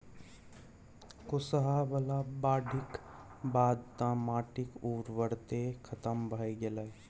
कुसहा बला बाढ़िक बाद तँ माटिक उर्वरते खतम भए गेलै